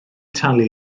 talu